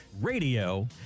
radio